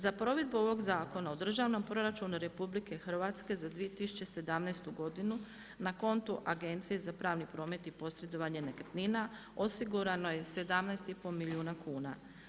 Za provedbu ovoga Zakona o državnom proračunu RH za 2017. godinu na kontu Agencije za pravni promet i posredovanje nekretnina osigurano je 17,5 milijuna kuna.